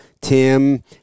Tim